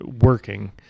working